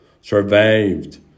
survived